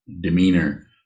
demeanor